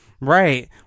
Right